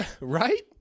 Right